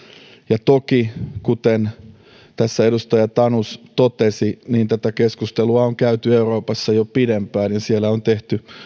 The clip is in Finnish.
ja toki kuten tässä edustaja tanus totesi tätä keskustelua on käyty euroopassa jo pidempään ja siellä on tehty